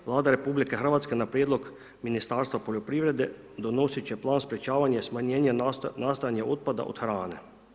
Vlada RH na prijedlog Ministarstva poljoprivrede donosit će plan sprječavanja i smanjenja nastajanja otpada od hrane.